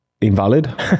invalid